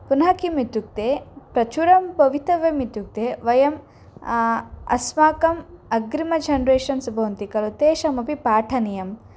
पुनः किम् इत्युक्ते प्रचुरं भवितव्यम् इत्युक्ते वयम् अस्माकम् अग्रिमझनरेशन्स् भवन्ति खलु तेषामपि पाठनीयम्